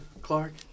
Clark